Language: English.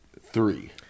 three